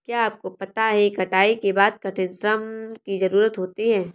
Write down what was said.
क्या आपको पता है कटाई के बाद कठिन श्रम की ज़रूरत होती है?